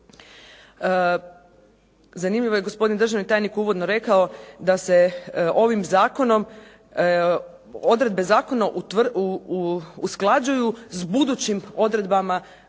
Zanimljivo je gospodin državni tajnik uvodno rekao da se ovim zakonom odredbe zakona usklađuju s budućim odredbama